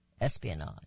Espionage